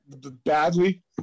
Badly